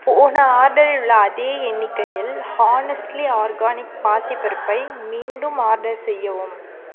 போன ஆர்டரில் உள்ள அதே எண்ணிக்கையில் ஹானெஸ்ட்லி ஆர்கானிக் பாசிப் பருப்பை மீண்டும் ஆர்டர் செய்யவும்